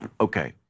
okay